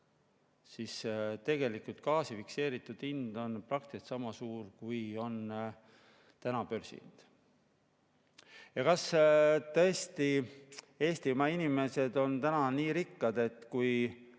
siis tegelikult gaasi fikseeritud hind on praktiliselt sama suur, kui on täna börsihind. Kas tõesti Eestimaa inimesed on täna nii rikkad? Kui